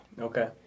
Okay